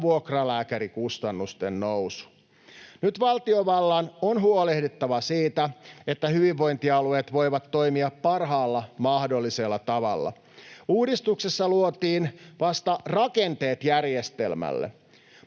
vuokralääkärikustannusten nousu. Nyt valtiovallan on huolehdittava siitä, että hyvinvointialueet voivat toimia parhaalla mahdollisella tavalla. Uudistuksessa luotiin vasta rakenteet järjestelmälle.